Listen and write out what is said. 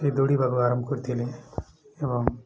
ସେ ଦୌଡ଼ିବା ବା ଆରମ୍ଭ କରିଥିଲେ ଏବଂ